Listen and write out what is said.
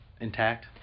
intact